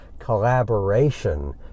collaboration